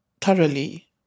thoroughly